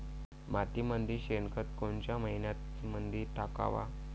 मातीमंदी शेणखत कोनच्या मइन्यामंधी टाकाव?